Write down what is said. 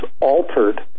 altered